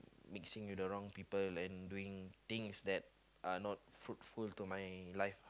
mixing with the wrong people and doing things that are not fruitful to my life